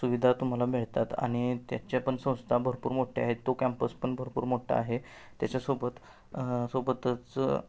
सुविधा तुम्हाला मिळतात आणि त्याच्या पण संस्था भरपूर मोठ्या आहेत तो कॅम्पस पण भरपूर मोठा आहे त्याच्यासोबत सोबतच